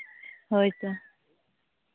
ᱦᱳᱭ ᱛᱚ